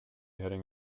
heading